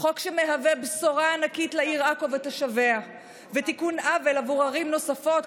חוק שמהווה בשורה ענקית לעיר עכו ותושביה ותיקון עוול עבור ערים נוספות,